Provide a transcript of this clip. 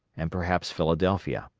and perhaps philadelphia.